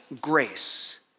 grace